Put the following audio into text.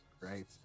right